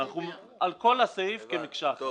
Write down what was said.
על כל הסעיף כמקשה.